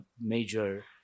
major